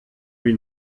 wie